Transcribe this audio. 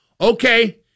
Okay